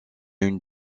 une